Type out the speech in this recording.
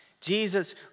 Jesus